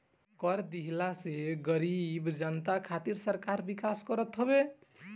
कर देहला से गरीब जनता खातिर सरकार विकास करत हवे